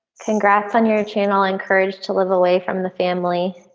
congrats on your channel and courage to live away from the family